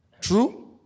True